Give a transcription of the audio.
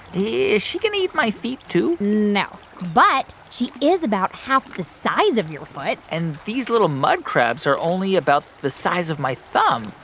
is she going to eat my feet, too? no. but she is about half the size of your foot and these little mud crabs are only about the size of my thumb.